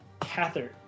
Catherine